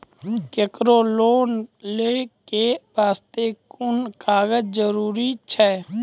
केकरो लोन लै के बास्ते कुन कागज जरूरी छै?